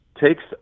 takes